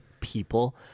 people